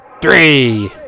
three